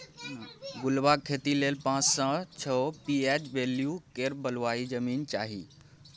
गुलाबक खेती लेल पाँच सँ छओ पी.एच बैल्यु केर बलुआही जमीन चाही